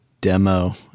demo